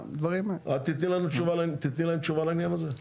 את תתני להם תשובה לעניין הזה?